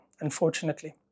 unfortunately